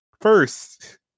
First